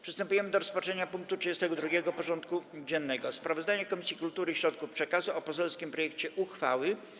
Przystępujemy do rozpatrzenia punktu 32. porządku dziennego: Sprawozdanie Komisji Kultury i Środków Przekazu o poselskich projektach uchwał.